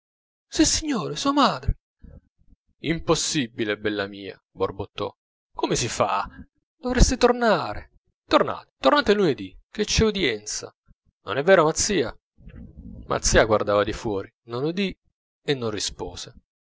sua madre impossibile bella mia borbottò come si fa dovreste tornare tornate tornate lunedì che c'è udienza non è vero mazzia mazzia guardava difuori non udì e non rispose